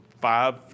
five